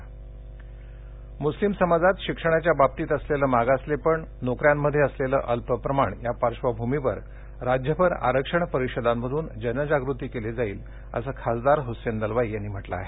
मुस्लीम आरक्षण मुस्लीम समाजात शिक्षणाच्या बाबतीत असलेलं मागासलेपण नोकऱ्यांमध्ये असलेलं अल्प प्रमाण या पार्श्वभूमीवर राज्यभर आरक्षण परिषदांमधून जनजागृती केली जाईल असं खासदार हुसेन दलवाई यांनी म्हटलं आहे